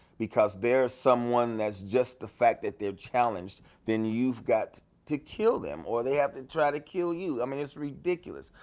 because they are someone that just the fact that they are challenged, then you've got to kill them or they have to try and kill you, i mean it's ridiculous.